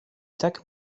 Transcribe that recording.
tak